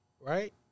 right